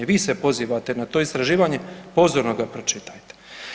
Vi se pozivate na to istraživanje, pozorno ga pročitajte.